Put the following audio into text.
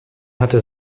hatte